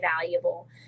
valuable